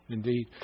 Indeed